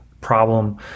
problem